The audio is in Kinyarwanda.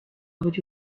buri